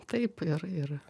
taip ir ir